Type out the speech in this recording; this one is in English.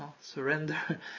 surrender